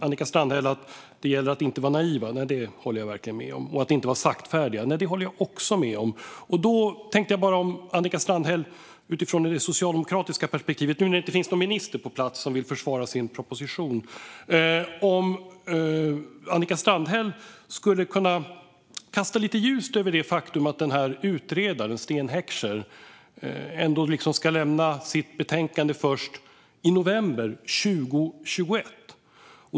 Annika Strandhäll säger att det gäller att inte vara naiv - det håller jag verkligen med om. Och vi ska inte vara saktfärdiga - det håller jag också med om. Då undrar jag hur Annika Strandhäll tänker utifrån det socialdemokratiska perspektivet, nu när det inte finns någon minister på plats som vill försvara sin proposition. Kan Annika Strandhäll kasta lite ljus över det faktum att utredaren, Sten Heckscher, ska lämna sitt slutbetänkande först i november 2021?